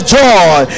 joy